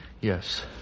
Yes